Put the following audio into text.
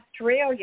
Australia